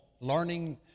learning